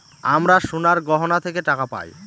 আমরা সোনার গহনা থেকে টাকা পায়